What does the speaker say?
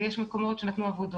ויש מקומות שנתנו עבודות,